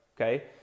okay